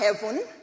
heaven